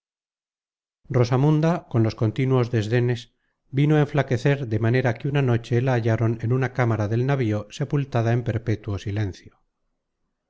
rosamunda con los continuos desdenes vino á enflaquecer de manera que una noche la hallaron en una cámara del navío sepultada en perpétuo silencio